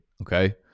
Okay